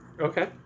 Okay